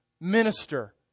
minister